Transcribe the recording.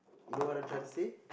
you know what I'm trying to say